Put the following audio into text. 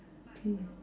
K